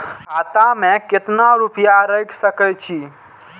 खाता में केतना रूपया रैख सके छी?